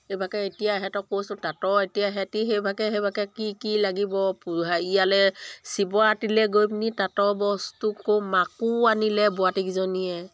এইভাগে এতিয়া সিহঁতক কৈছোঁ তাঁতৰ এতিয়া সিহঁতে সেইভাগে সেইভাগে কি কি লাগিব হেইয়ালে শিৱৰাতিলৈ গৈ পিনি তাঁতৰ বস্তু ক'ৰ মাকো আনিলে বোৱাৰিকেইজনীয়ে